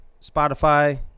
Spotify